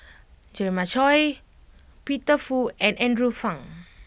Jeremiah Choy Peter Fu and Andrew Phang